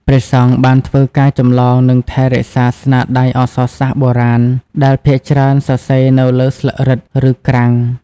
ព្រះសង្ឃបានធ្វើការចម្លង និងថែរក្សាស្នាដៃអក្សរសាស្ត្របុរាណ ដែលភាគច្រើនសរសេរនៅលើស្លឹករឹត ឬក្រាំង។